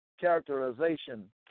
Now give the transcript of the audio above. characterization